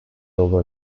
over